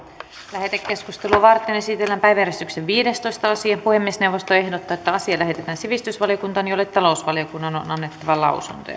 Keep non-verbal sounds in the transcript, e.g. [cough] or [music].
lähetekeskustelua varten esitellään päiväjärjestyksen viidestoista asia puhemiesneuvosto ehdottaa että asia lähetetään sivistysvaliokuntaan jolle talousvaliokunnan on annettava lausunto [unintelligible]